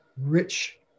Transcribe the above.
rich